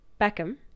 Beckham